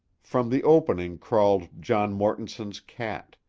from the opening crawled john mortonson's cat,